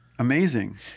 Amazing